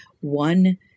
one